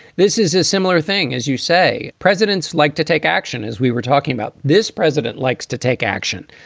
this is a similar thing. as you say, presidents like to take action. as we were talking about, this president likes to take action.